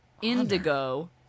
Indigo